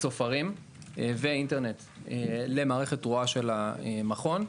צופרים ואינטרנט למערכת תרועה של המכון.